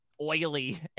oily